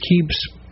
keeps